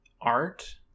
art